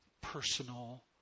personal